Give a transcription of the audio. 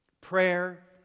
Prayer